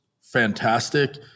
fantastic